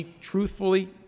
truthfully